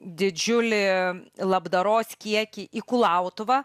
didžiulį labdaros kiekį į kulautuvą